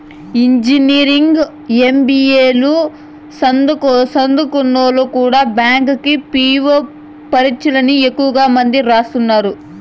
engineering, MBA లు సదుంకున్నోల్లు కూడా బ్యాంకి పీ.వో పరీచ్చల్ని ఎక్కువ మంది రాస్తున్నారు